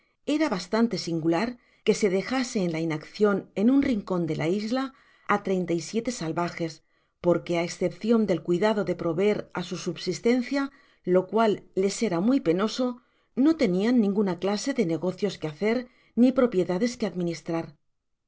era bastante singular que se dejase en la inaccion en un rincon de la isla á treinta y siete salvajes porque á escepcion del cuidado de proveer á su subsistencia content from google book search generated at lo cual les era muy penoso no tenian ninguna clase de negocios que hacer ni propiedades que administrar